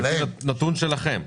נתון שלכם,